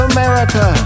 America